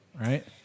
right